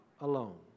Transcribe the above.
alone